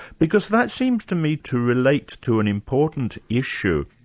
because that seems to me to relate to an important issue.